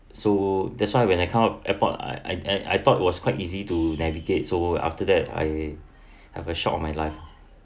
so that's why when I come out airport I I thought it was quite easy to navigate so after that I have a shock of my life